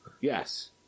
Yes